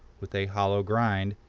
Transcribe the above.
with a hollow grind,